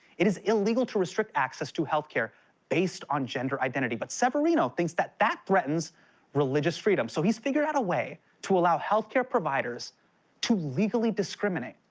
it is illegal to restrict access to health care based on gender identity, but severino thinks that that threatens religious freedom. so he's figured out a way to allow health care providers to legally discriminate.